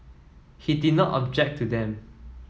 he did not object to them